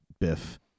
biff